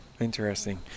Interesting